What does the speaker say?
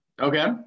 Okay